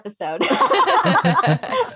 episode